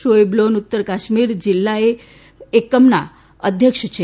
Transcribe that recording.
શોએબ લોન ઉત્તર કાશ્મીરના જિલ્લા કમના અધ્યક્ષ છે